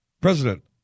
President